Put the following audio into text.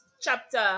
chapter